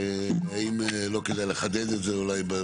האם לא כדאי לחדד את זה אולי.